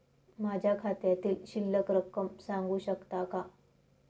माझ्या खात्यातील शिल्लक रक्कम सांगू शकता का?